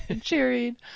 cheering